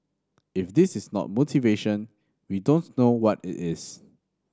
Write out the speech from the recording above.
if this is not motivation we don't know what it is